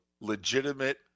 legitimate